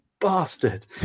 bastard